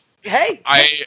Hey